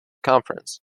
conference